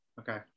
Okay